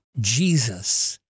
Jesus